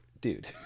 dude